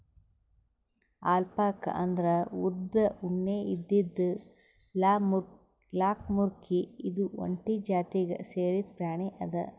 alpaca ಅಂದ್ರ ಉದ್ದ್ ಉಣ್ಣೆ ಇದ್ದಿದ್ ಲ್ಲಾಮ್ಕುರಿ ಇದು ಒಂಟಿ ಜಾತಿಗ್ ಸೇರಿದ್ ಪ್ರಾಣಿ ಅದಾ